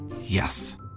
Yes